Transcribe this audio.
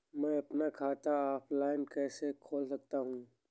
मैं अपना खाता ऑफलाइन कैसे खोल सकता हूँ?